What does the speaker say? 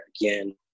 again